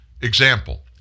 Example